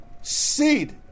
Seed